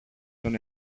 τον